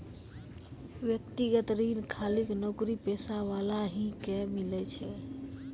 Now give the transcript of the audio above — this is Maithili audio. व्यक्तिगत ऋण खाली नौकरीपेशा वाला ही के मिलै छै?